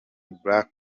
black